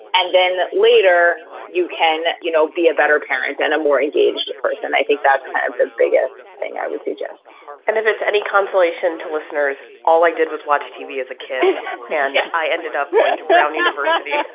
and then later. you can, you know, be a better parent and a more engaged person. i think that's kind of the biggest thing i would say, joe and if it's any consolation to listeners, all i did was watch tv as a kid i ended up at brown university